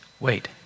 Wait